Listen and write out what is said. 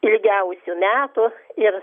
ilgiausių metų ir